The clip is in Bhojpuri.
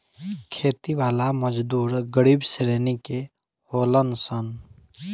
खेती वाला मजदूर गरीब श्रेणी के होलन सन